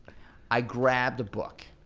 i grabbed a book.